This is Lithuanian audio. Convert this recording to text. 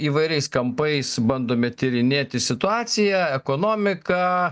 įvairiais kampais bandome tyrinėti situaciją ekonomiką